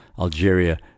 Algeria